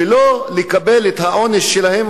ולא לקבל את העונש שלהם.